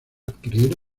adquirir